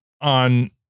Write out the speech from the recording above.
on